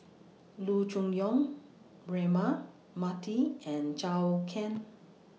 Loo Choon Yong Braema Mathi and Zhou Can